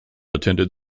attended